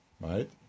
right